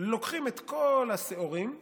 את כל השאורים ומשמידים,